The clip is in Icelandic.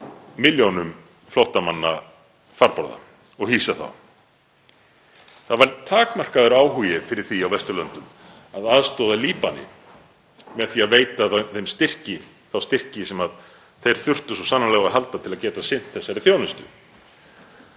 milljónum flóttamanna farborða og hýsa þá. Takmarkaður áhugi var fyrir því á Vesturlöndum að aðstoða Líbanon með því að veita Líbönum þá styrki sem þeir þurftu svo sannarlega á að halda til að geta sinnt þessari þjónustu,